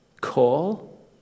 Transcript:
call